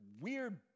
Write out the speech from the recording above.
weird